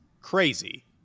crazy